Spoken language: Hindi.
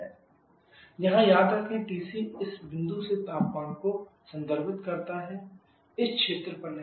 PEPsatTE PCPsatTC यहां याद रखें TC इस बिंदु से तापमान को संदर्भित करता है इस क्षेत्र पर नहीं